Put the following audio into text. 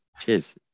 Cheers